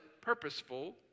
purposeful